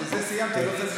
בזה סיימתי.